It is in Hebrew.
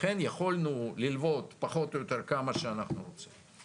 לכן יכולנו ללוות פחות או יותר כמה שאנחנו רוצים.